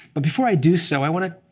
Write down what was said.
but before i do so, i want to